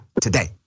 today